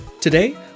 Today